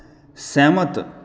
सैह्मत